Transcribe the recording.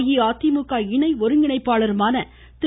அஇஅதிமுக இணை ஒருங்கிணைப்பாளருமான திரு